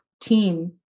team